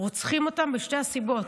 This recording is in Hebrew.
רוצחים אותן משתי הסיבות,